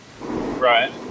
Right